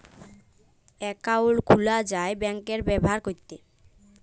account খুলা যায় bank ব্যাভার ক্যরতে